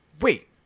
wait